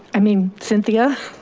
i mean, cynthia.